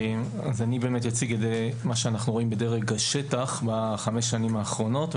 אני אציג את מה שאנחנו רואים בדרג השטח בחמש השנים האחרונות.